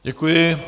Děkuji.